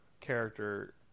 character